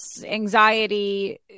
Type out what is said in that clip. anxiety